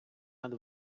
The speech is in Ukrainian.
над